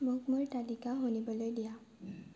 মোক মোৰ তালিকা শুনিবলৈ দিয়া